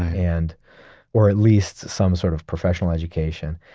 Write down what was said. and or at least some sort of professional education.